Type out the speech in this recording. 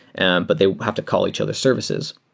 and but they have to call each of the services.